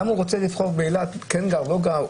למה הוא רוצה לבחור באילת גר שם או לא גר שם,